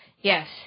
Yes